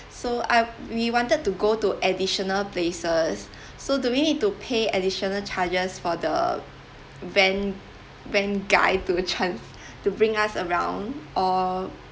so I we wanted to go to additional places so do we need to pay additional charges for the van van guide to trans~ to bring us around or